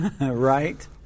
Right